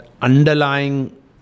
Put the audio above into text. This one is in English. underlying